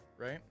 Right